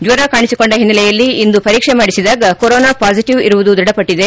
ಜ್ಲರ ಕಾಣಿಸಿಕೊಂಡ ಹಿನ್ನೆಲೆಯಲ್ಲಿ ಇಂದು ಪರೀಕ್ಷೆ ಮಾಡಿಸಿದಾಗ ಕೊರೊನ ಪಾಸಿಟಿವ್ ಇರುವುದು ದೃಢಪಟ್ಟಿದೆ